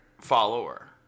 follower